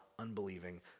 unbelieving